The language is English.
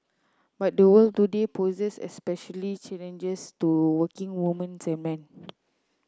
but the world today poses specially challenges to working woman's and men